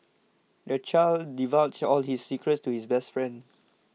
the child divulged all his secrets to his best friend